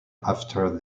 after